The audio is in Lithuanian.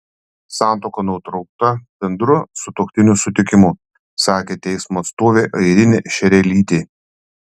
santuoka nutraukta bendru sutuoktinių sutikimu sakė teismo atstovė airinė šerelytė